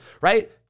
right